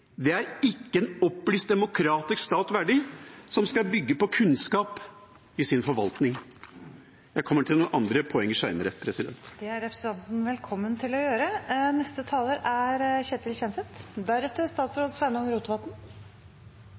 er verdig en opplyst demokratisk stat, som skal bygge på kunnskap i sin forvaltning. Jeg kommer til noen andre poenger senere. Det er representanten velkommen til å gjøre.